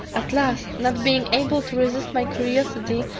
at last, not being able to resist my curiosity,